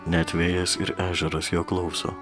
net vėjas ir ežeras jo klauso